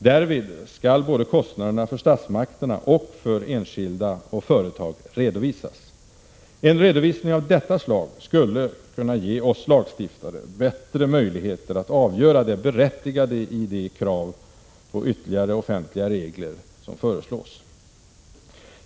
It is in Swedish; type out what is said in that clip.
Därvid skall kostnaderna både för statsmakterna och för enskilda och företag redovisas. En redovisning av detta slag skulle ge oss lagstiftare bättre möjligheter att avgöra det berättigade i de krav på ytterligare offentliga regler som föreslås.